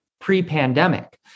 pre-pandemic